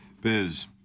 Biz